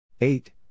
eight